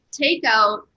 takeout